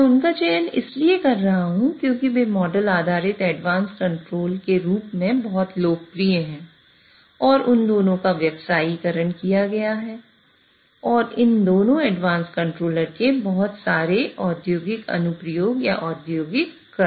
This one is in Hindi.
मैं उनका चयन इसलिए कर रहा हूं क्योंकि वे मॉडल आधारित एडवांस कंट्रोल के रूप में बहुत लोकप्रिय हैं और उन दोनों का व्यवसायीकरण किया गया है और इन दोनों एडवांस कंट्रोलर के बहुत सारे औद्योगिक अनुप्रयोग या औद्योगिक कार्यान्वयन हैं